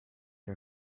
her